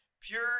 Pure